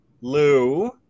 lou